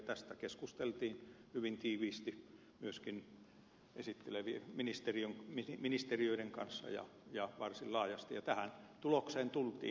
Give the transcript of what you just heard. tästä keskusteltiin hyvin tiiviisti ja varsin laajasti myöskin esittelevien ministeriöiden kanssa ja tähän tulokseen tultiin